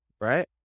right